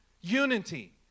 unity